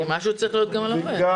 כי משהו צריך להיות גם על העובד.